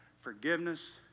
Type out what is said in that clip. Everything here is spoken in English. forgiveness